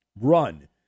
run